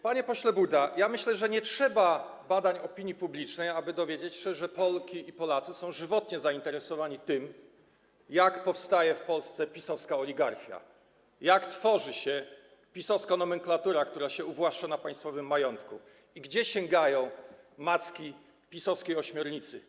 Panie pośle Buda, ja myślę, że nie trzeba badań opinii publicznej, aby dowiedzieć się, że Polki i Polacy są żywotnie zainteresowani tym, jak powstaje w Polsce PiS-owska oligarchia, jak tworzy się PiS-owska nomenklatura, która się uwłaszcza na państwowym majątku i gdzie sięgają macki PiS-owskiej ośmiornicy.